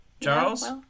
Charles